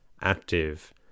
active